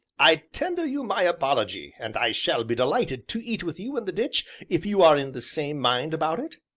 i tender you my apology, and i shall be delighted to eat with you in the ditch, if you are in the same mind about it?